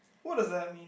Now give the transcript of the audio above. what does that mean